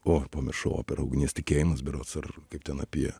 o pamiršau operą ugnies tikėjimas berods ar kaip ten apie